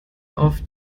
auf